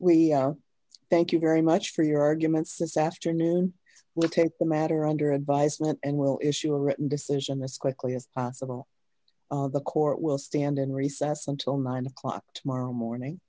we thank you very much for your arguments this afternoon we'll take the matter under advisement and will issue a written decision this quickly if possible the court will stand in recess until nine o'clock tomorrow morning